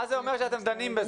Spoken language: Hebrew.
מה זה אומר שאתם דנים בזה?